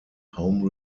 home